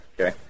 Okay